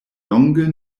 longe